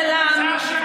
צלם,